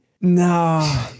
No